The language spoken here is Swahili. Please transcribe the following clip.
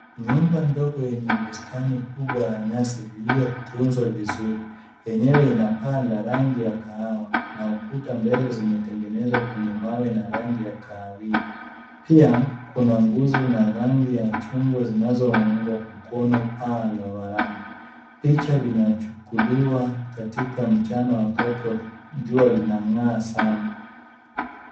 Nyumba ndogo yenye bustani kubwa ya nyasi iliyotunzwa vizuri. Yenyewe ina paa la rangi ya kahawa na ukuta mbele zimetengenezwa kwenye mawe na rangi ya kahawia. Pia kuna nguzo na rangi chungwa zinazoungwa mkono paa la varanda . Picha linachukuliwa katika mchana wakati wa jua linang'aa sana.